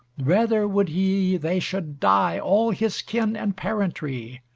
rather would he they should die all his kin and parentry,